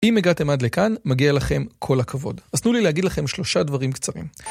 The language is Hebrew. אם הגעתם עד לכאן, מגיע לכם כל הכבוד. אז תנו לי להגיד לכם שלושה דברים קצרים.